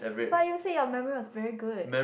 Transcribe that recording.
but you said your memory was very good